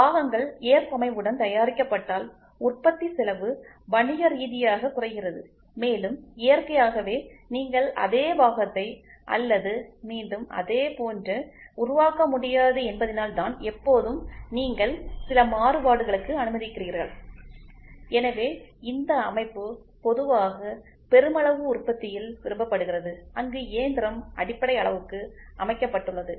பாகங்கள் ஏற்பமைவுடன் தயாரிக்கப்பட்டால் உற்பத்திச் செலவு வணிகரீதியாக குறைகிறது மேலும் இயற்கையாகவே நீங்கள் அதே பாகத்தை அல்லது மீண்டும்அதே போன்று உருவாக்க முடியாது என்பதினால்தான் எப்போதும் நீங்கள் சில மாறுபாடுகளுக்கு அனுமதிக்கிறீர்கள் எனவே இந்த அமைப்பு பொதுவாக பெருமளவு உற்பத்தியில் விரும்பப்படுகிறது அங்கு இயந்திரம் அடிப்படை அளவுக்கு அமைக்கப்பட்டுள்ளது